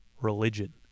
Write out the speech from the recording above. religion